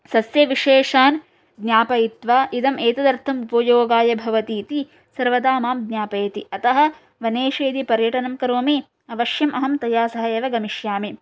सस्यविशेषान् ज्ञापयित्वा इदम् एतदर्थम् उपयोगाय भवति इति सर्वदा मां ज्ञापयति अतः वनेषु यदि पर्यटनं करोमि अवश्यम् अहं तया सह एव गमिष्यामि